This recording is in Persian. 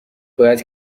باید